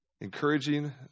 encouraging